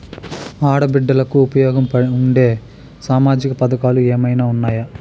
ఆడ బిడ్డలకు ఉపయోగం ఉండే సామాజిక పథకాలు ఏమైనా ఉన్నాయా?